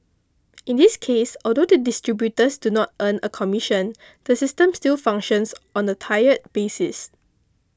in this case although the distributors do not earn a commission the system still functions on a tiered basis